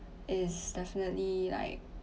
is definitely like